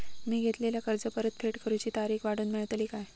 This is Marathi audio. मी घेतलाला कर्ज फेड करूची तारिक वाढवन मेलतली काय?